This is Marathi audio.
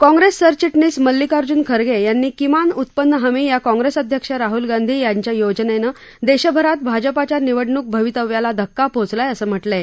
काँग्रेस सरचिटणीस मल्लिकार्ज्न खर्गे यांनी किमान उत्पन्न हमी या काँग्रेस अध्यक्ष राहल गांधी यांच्या योजनेने देशभरात भाजपाच्या निवडणुक भवितव्याला धक्का पोहोचलाय असं म्हटलंय